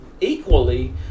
equally